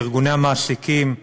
לארגוני המעסיקים,